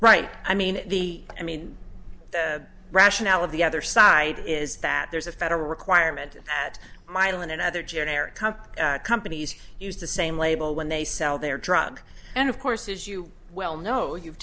right i mean the i mean the rationale of the other side is that there's a federal requirement that mylan and other genera comp companies use the same label when they sell their drug and of course as you well know you've